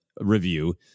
review